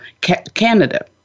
Canada